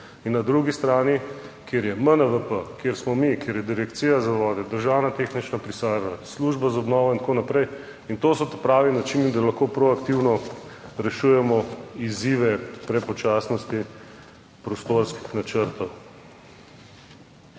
in na drugi strani, kjer je MNVP, kjer smo mi, kjer je direkcija za vode, Državna tehnična pisarna. Služba za obnovo in tako naprej, in to so pravi načini, da lahko proaktivno rešujemo izzive prepočasnosti prostorskih načrtov.